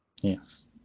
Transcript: Yes